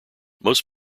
most